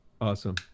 Awesome